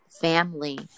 family